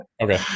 Okay